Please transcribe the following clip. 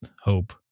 hope